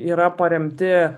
yra paremti